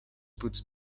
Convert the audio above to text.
put